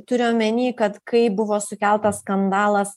turiu omeny kad kai buvo sukeltas skandalas